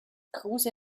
kruse